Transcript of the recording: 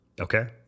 Okay